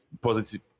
positive